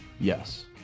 Yes